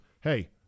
hey